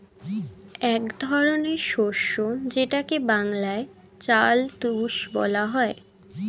এক ধরনের শস্য যেটাকে বাংলায় চাল চুষ বলে